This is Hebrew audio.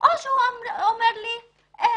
או שהוא אומר לי שאשתוק